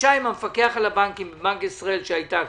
בפגישה עם המפקחת על הבנקים שהייתה כאן,